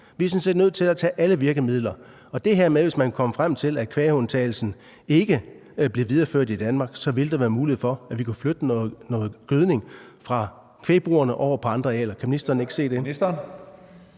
Vi er nødt til at tage alle virkemidler i brug. Så hvis man kunne komme frem til, at kvægundtagelsen ikke bliver videreført i Danmark, ville der være mulighed for, at vi kunne flytte noget gødning fra kvægbrugerne og over på andre arealer.